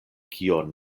kion